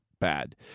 bad